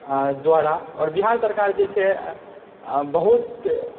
द्वारा आओर बिहार सरकार जे छै बहुत